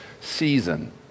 season